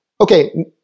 Okay